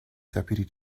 deputy